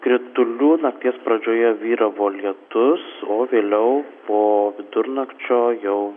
kritulių nakties pradžioje vyravo lietus o vėliau po vidurnakčio jau